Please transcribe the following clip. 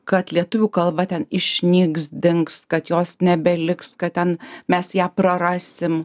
kad lietuvių kalba ten išnyks dings kad jos nebeliks kad ten mes ją prarasim